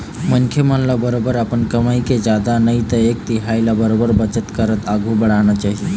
मनखे मन ल बरोबर अपन कमई के जादा नई ते एक तिहाई ल बरोबर बचत करत आघु बढ़ना चाही